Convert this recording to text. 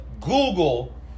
Google